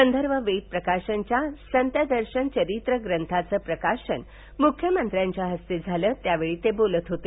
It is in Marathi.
गंधर्व वेद प्रकाशनच्या संतदर्शन चरित्र ग्रंथाचं प्रकाशन मुख्यमंत्र्यांच्या हस्ते झालं त्यावेळी ते बोलत होते